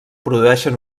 produeixen